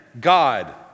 God